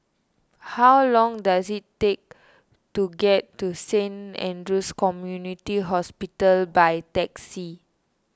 how long does it take to get to Saint andrew's Community Hospital by taxi